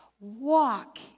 walk